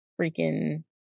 freaking